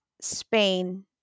Spain